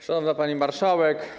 Szanowna Pani Marszałek!